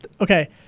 okay